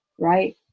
right